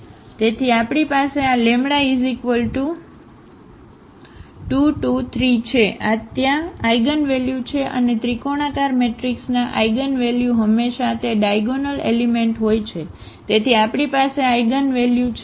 તેથી આપણી પાસે આ λ 2 2 3 છે આ ત્યાં આઇગનવલ્યુ છે અને ત્રિકોણાકાર મેટ્રિક્સના આઇગનવેલ્યુ હંમેશાં તે ડાયાગોનલ એલિમેન્ટહોય છે તેથી આપણી પાસે આ આઇગનવેલ્યુ છે λ 2 2 3